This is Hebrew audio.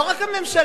לא רק הממשלה.